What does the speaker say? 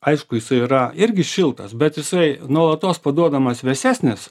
aišku jisai yra irgi šiltas bet jisai nuolatos paduodamas vėsesnis